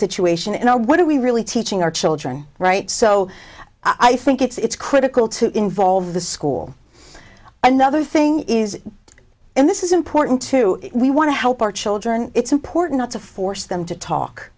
situation and what are we really teaching our children right so i think it's critical to involve the school and the other thing is and this is important to we want to help our children it's important not to force them to talk